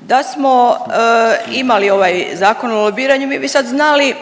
da smo imali ovaj zakon o lobiranju mi bi sad znali